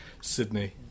Sydney